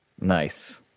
Nice